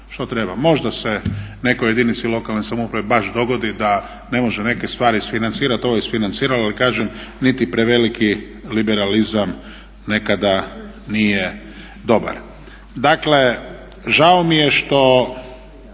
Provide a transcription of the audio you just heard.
Možda se nekoj jedinici lokalne samouprave baš dogodi da ne može neke stvari isfinancirati, ovo je isfinanciralo ali kažem niti preveliki liberalizam nekada nije dobar. Dakle, žao mi je što